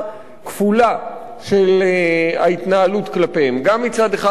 ההתנהלות כלפיהם: מצד אחד מוציאים אותם מבית-הסוהר,